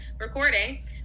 recording